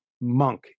monk